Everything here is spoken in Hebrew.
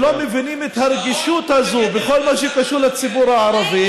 שלא מבינים את הרגישות הזאת בכל מה שקשור לציבור הערבי,